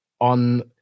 on